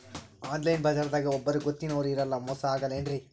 Online ಬಜಾರದಾಗ ಒಬ್ಬರೂ ಗೊತ್ತಿನವ್ರು ಇರಲ್ಲ, ಮೋಸ ಅಗಲ್ಲೆನ್ರಿ?